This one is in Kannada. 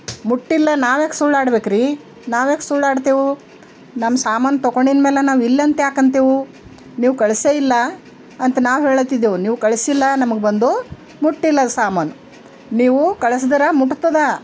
ಮುಟ್ಟಿಲ್ಲ ನಾವ್ಯಾಕೆ ಸುಳ್ಳಾಡಬೇಕ್ರೀ ನಾವ್ಯಾಕೆ ಸುಳ್ಳಾಡ್ತೆವು ನಮ್ಮ ಸಾಮಾನು ತೊಗೊಂಡಿದ್ಮೇಲೆ ನಾವಿಲ್ಲಂತ ಯಾಕಂತೇವು ನೀವು ಕಳಿಸೇ ಇಲ್ಲ ಅಂತ ನಾವು ಹೇಳತ್ತಿದೆವು ನೀವು ಕಳಿಸಿಲ್ಲ ನಮ್ಗೆ ಬಂದು ಮುಟ್ಟಿಲ್ಲ ಸಾಮಾನು ನೀವು ಕಳ್ಸಿದ್ರಾ ಮುಟ್ತದ